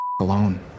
alone